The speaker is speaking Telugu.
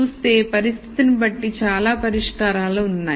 చూస్తే పరిస్థితిని బట్టి చాలా పరిష్కారాలు ఉన్నాయి